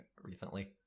recently